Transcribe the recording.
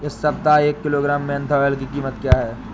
इस सप्ताह एक किलोग्राम मेन्था ऑइल की कीमत क्या है?